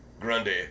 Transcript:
Grundy